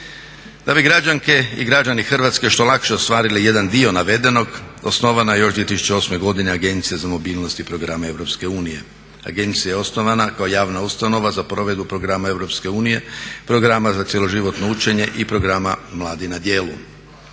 Da bi građanke i građani Hrvatske što lakše ostvarili jedan dio navedenog osnovana je još 2008. godine Agencija za mobilnost i programe Europske unije. Agencija je osnovana kao javna ustanova za provedbu programa Europske unije, programa za cjeloživotno učenje i programa mladi na djelu.